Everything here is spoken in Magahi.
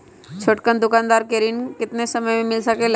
छोटकन दुकानदार के ऋण कितने समय मे मिल सकेला?